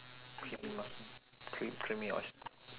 creamy mussel cream~ creamy oyster